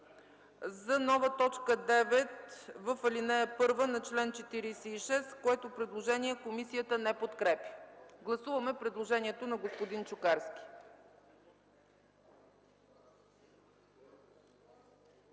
за нова т. 9 в ал. 1 на чл. 46, което предложение комисията не подкрепя. Гласуваме предложението на господин Чукарски.